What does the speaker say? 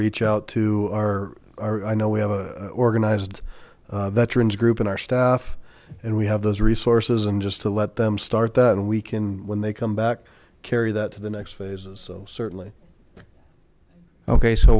reach out to our i know we have organized veterans group in our staff and we have those resources and just to let them start that and we can when they come back carry that to the next phases certainly ok so